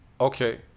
Okay